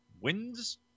wins